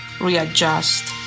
readjust